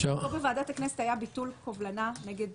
פה בוועדת הכנסת היה ביטול קובלנה נגד